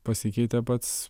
pasikeitė pats